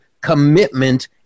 commitment